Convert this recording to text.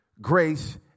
Grace